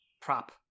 prop